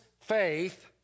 faith